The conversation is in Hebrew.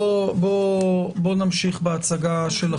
בואו נמשיך בהצגה שלכם.